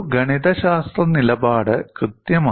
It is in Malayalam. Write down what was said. ഒരു ഗണിതശാസ്ത്ര നിലപാട് കൃത്യമായി